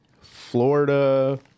Florida